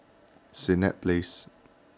Senett Place